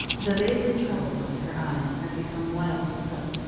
the vaguely troubled look in her eyes had become wildly so.